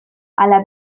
ala